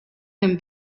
him